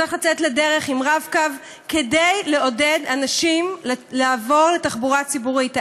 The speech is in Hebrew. צריך לצאת לדרך עם "רב-קו" כדי לעודד אנשים לעבור לתחבורה ציבורית.